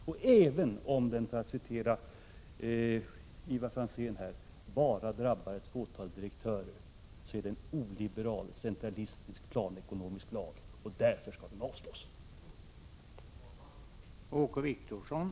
Och även om den, för att citera Ivar Franzén, bara drabbar ett fåtal direktörer, så är det en oliberal, centralistisk, planekonomisk lag, och därför skall den avslås.